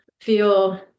feel